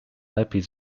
lepiej